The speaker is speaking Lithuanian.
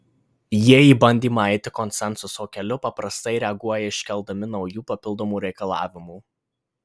jie į bandymą eiti konsensuso keliu paprastai reaguoja iškeldami naujų papildomų reikalavimų